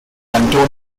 antonio